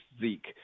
Zeke